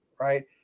Right